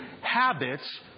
habits